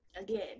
again